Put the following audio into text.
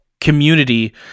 community